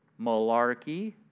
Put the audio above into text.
malarkey